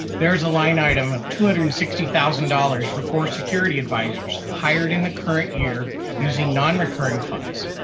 there's a line item of two hundred and sixty thousand dollars for four security advisors hired in the current year using non-recurring funds.